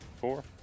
four